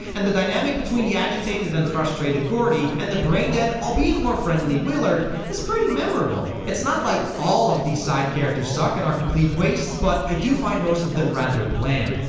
and the dynamic between the agitated and frustrated gordy and the braindead, albeit more friendly willard is pretty memorable. it's not like all of these side characters suck and are complete wastes, but i do find most of them rather bland.